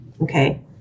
okay